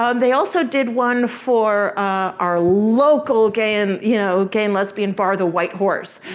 um they also did one for our local gay and you know gay and lesbian bar the white horse,